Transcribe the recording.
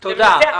תודה.